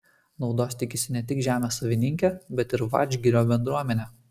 naudos tikisi ne tik žemės savininkė bet ir vadžgirio bendruomenė